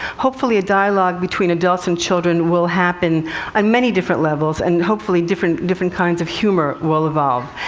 hopefully, a dialog between adults and children will happen on many different levels, and hopefully different different kinds of humor will evolve.